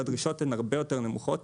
הדרישות הן הרבה יותר נמוכות.